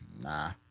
Nah